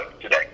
today